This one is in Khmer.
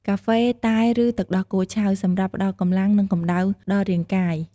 កាហ្វេ តែ ឬទឹកដោះគោឆៅ សម្រាប់ផ្តល់កម្លាំង និងកំដៅដល់រាងកាយ។